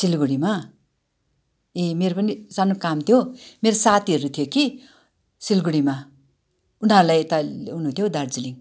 सिलगढीमा ए मेरो पनि सानो काम थियो मेरो साथीहरू थियो कि सिलगढीमा उनीहरूलाई यता ल्याउनु थियो हौ दार्जिलिङ